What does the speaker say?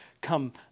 come